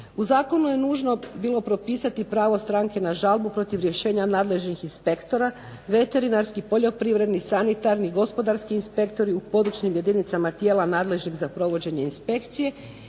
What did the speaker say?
U zakonu je nužno bilo propisati pravo stranke na žalbu protiv rješenja nadležnih inspektora, veterinarski, poljoprivredni, sanitarni, gospodarski inspektori u područnim jedinicama tijela nadležnih za provođenje inspekcije